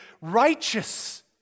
Righteous